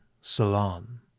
salon